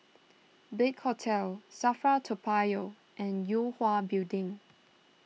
Big Hotel Safra Toa Payoh and Yue Hwa Building